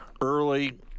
early